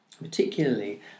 particularly